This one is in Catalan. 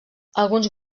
alguns